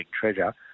Treasure